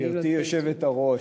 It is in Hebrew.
גברתי היושבת-ראש,